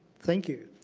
thank you.